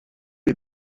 est